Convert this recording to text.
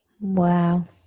Wow